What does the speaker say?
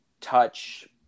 touch